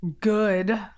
good